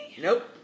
Nope